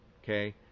Okay